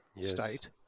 state